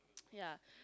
yeah